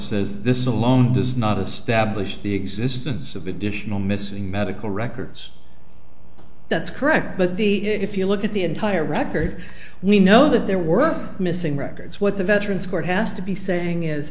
says this is a loan does not establish the existence of additional missing medical records that's correct but the if you look at the entire record we know that there were missing records what the veterans court has to be saying is